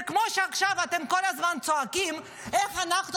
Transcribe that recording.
זה כמו שעכשיו אתם כל הזמן צועקים איך אנחנו